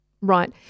Right